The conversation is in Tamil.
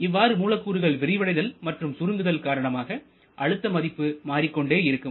இவ்வாறு மூலக்கூறுகள் விரிவடைதல் மற்றும் சுருங்குதல் காரணமாக அழுத்த மதிப்பு மாறிக்கொண்டே இருக்கும்